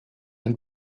ein